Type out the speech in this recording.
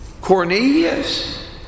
Cornelius